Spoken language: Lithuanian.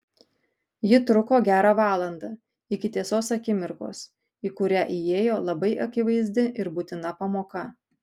ji truko gerą valandą iki tiesos akimirkos į kurią įėjo labai akivaizdi ir būtina pamoka